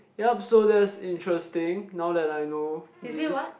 yup so that's interesting now that I know this